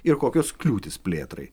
ir kokios kliūtys plėtrai